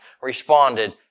responded